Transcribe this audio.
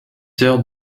sœur